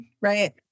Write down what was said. right